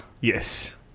Yes